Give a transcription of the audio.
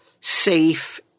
safe